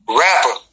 rapper